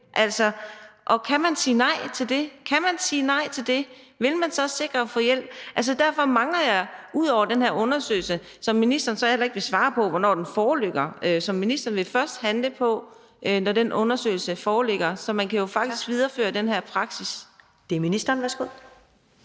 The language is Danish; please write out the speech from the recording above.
Kan man sige nej til det, og vil man så været sikret hjalp? Derfor mangler jeg svar. Der er den her undersøgelse, som ministeren så heller ikke vil svare på hvornår foreligger. Og ministeren vil først handle, når den undersøgelse foreligger. Så kan man jo faktisk videreføre den her praksis. Kl. 13:48 Første